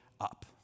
up